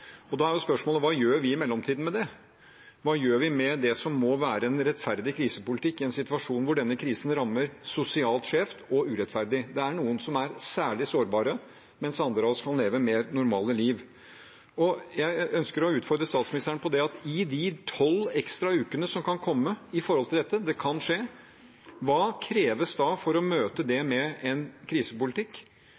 Da er spørsmålet: Hva gjør vi i mellomtiden med det? Hva gjør vi med det som må være en rettferdig krisepolitikk, i en situasjon hvor krisen rammer sosialt skjevt og urettferdig? Det er noen som er særlig sårbare, mens andre av oss kan leve mer normale liv. Jeg ønsker å utfordre statsministeren på de 12 ekstra ukene som kan komme i forhold til dette – det kan skje: Hva kreves da for å møte det